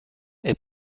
est